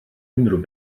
unrhyw